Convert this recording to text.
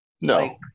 No